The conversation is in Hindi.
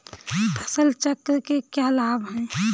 फसल चक्र के क्या लाभ हैं?